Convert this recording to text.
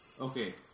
Okay